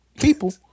people